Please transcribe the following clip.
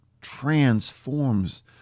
transforms